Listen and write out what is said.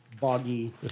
boggy